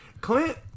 Clint